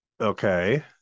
Okay